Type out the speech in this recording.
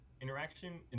interaction